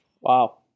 Wow